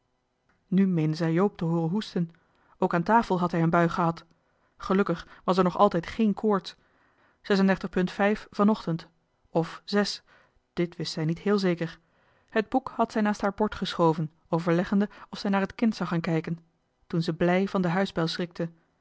nu meende zij joop te hooren hoesten ook aan tafel had hij een bui gehad gelukkig was er nog altijd geen koorts van ochtend f dit wist zij niet heel zeker het boek had zij naast haar bord geschoven overleggende of zij naar t kind zou gaan kijken toen ze blij van de huisbel schrikte